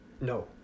No